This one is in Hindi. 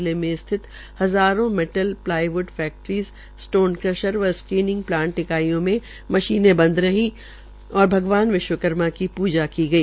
जिले के स्थित हाजारों मेरल प्ल्वाईव्ड फैकट्रिस स्टोन क्रशर व स्वीनिंग प्लांट इकाईयों में मशीनं बदं रही और भगवान विश्वकर्मा की पूजरा की गई